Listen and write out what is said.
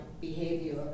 behavior